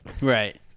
Right